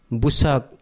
busak